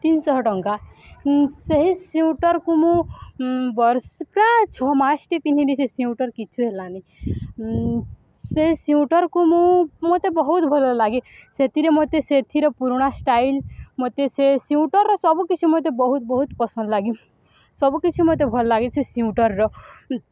ତିନିଶହ ଟଙ୍କା ସେହି ସିଉଟର୍କୁ ମୁଁ ବର୍ଷ ପ୍ରାୟ ଛଅ ମାସଟେ ପିନ୍ଧିଲି ସେ ସିଉଟର୍ କିଛି ହେଲାନି ସେ ସିଉଟର୍କୁ ମୁଁ ମୋତେ ବହୁତ ଭଲ ଲାଗେ ସେଥିରେ ମୋତେ ସେଥିର ପୁରୁଣା ଷ୍ଟାଇଲ୍ ମୋତେ ସେ ସିଉଟର୍ର ସବୁକିଛି ମୋତେ ବହୁତ ବହୁତ ପସନ୍ଦ ଲାଗେ ସବୁକିଛି ମୋତେ ଭଲ ଲାଗେ ସେ ସିଉଟର୍ର